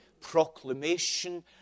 proclamation